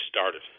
started